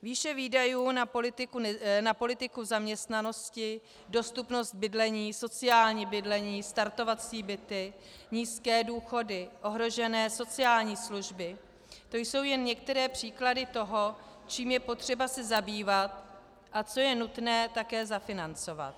Výše výdajů na politiku zaměstnanosti, dostupnost bydlení, sociální bydlení, startovací byty, nízké důchody, ohrožené sociální služby, to jsou jen některé příklady toho, čím je potřeba se zabývat a co je nutné také zafinancovat.